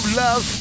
love